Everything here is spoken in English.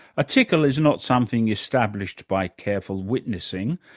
a tickle is not something established by careful witnessing,